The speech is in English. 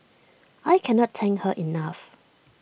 I cannot thank her enough